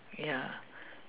ya